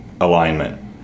alignment